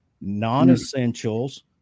non-essentials